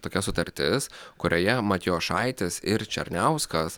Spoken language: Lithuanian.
tokia sutartis kurioje matjošaitis ir černiauskas